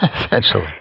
essentially